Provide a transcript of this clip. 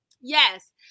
Yes